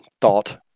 thought